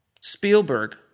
Spielberg